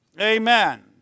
Amen